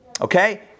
okay